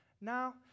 now